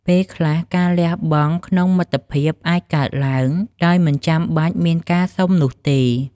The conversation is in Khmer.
ពេលខ្លះ ការលះបង់ក្នុងមិត្តភាពអាចកើតឡើង ដោយមិនចាំបាច់មានការសុំនោះទេ។